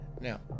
now